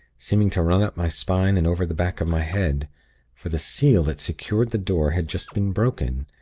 seeming to run up my spine and over the back of my head for the seal that secured the door had just been broken.